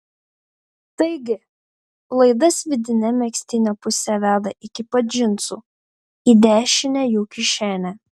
taigi laidas vidine megztinio puse veda iki pat džinsų į dešinę jų kišenę